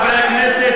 רבותי חברי הכנסת,